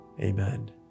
Amen